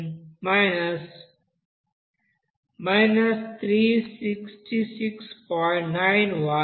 91 ఇది రియాక్టన్స్ కోసం 2274